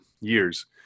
years